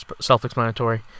self-explanatory